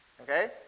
okay